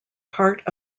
part